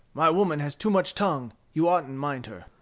my woman has too much tongue. you oughtn't mind her.